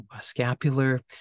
scapular